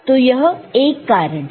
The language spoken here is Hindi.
तो यह एक कारण है